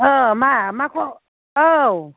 औ मा मा औ